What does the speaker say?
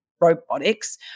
robotics